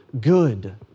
good